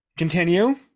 continue